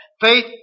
Faith